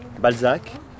Balzac